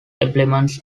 elements